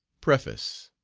preface.